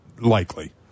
likely